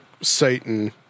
Satan